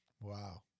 Wow